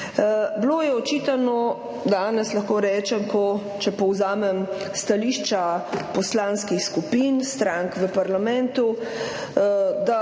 bilo očitano, lahko rečem, če povzamem stališča poslanskih skupin strank v parlamentu, da